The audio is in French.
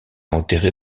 enterré